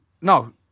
no